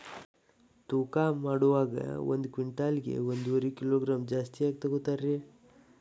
ತೂಕಮಾಡುವಾಗ ಒಂದು ಕ್ವಿಂಟಾಲ್ ಗೆ ಒಂದುವರಿ ಕಿಲೋಗ್ರಾಂ ಜಾಸ್ತಿ ಯಾಕ ತೂಗ್ತಾನ ರೇ?